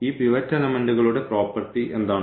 ഈ പിവറ്റ് എലെമെന്റുകളുടെ പ്രോപ്പർട്ടി എന്താണ്